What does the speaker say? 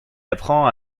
apprend